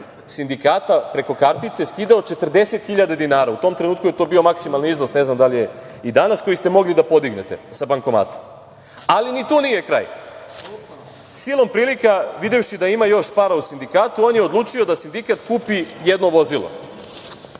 sindikata preko kartice skidao 40.000 dinara. U tom trenutku je to bio maksimalni iznos, ne znam da li je i danas, koji ste mogli da podignete sa bankomata, ali ni tu nije kraj. Silom prilika, videvši da ima još para u sindikatu, on je odlučio da sindikat kupi jedno vozilo.